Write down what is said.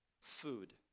food